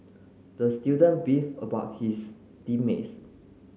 the student beefed about his team mates